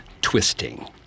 twisting